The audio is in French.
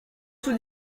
tout